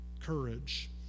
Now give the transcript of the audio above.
courage